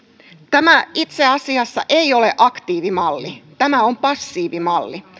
tämä itse asiassa ei ole aktiivimalli tämä on passiivimalli